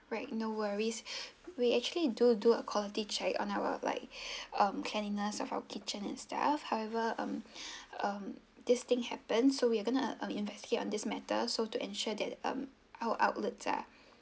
right no worries we actually do do a quality check on our like um cleanliness of our kitchen and staff however um um this thing happened so we're going to investigate on this matter so to ensure that um our outlets are